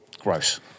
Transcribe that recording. gross